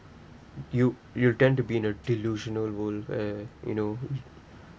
you you tend to be in a delusional world where you know